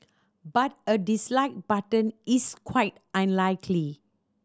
but a dislike button is quite unlikely